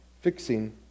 fixing